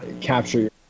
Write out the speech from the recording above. capture